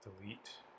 delete